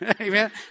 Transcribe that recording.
amen